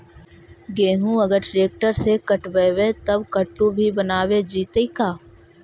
गेहूं अगर ट्रैक्टर से कटबइबै तब कटु भी बनाबे जितै का?